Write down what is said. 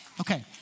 Okay